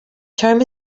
term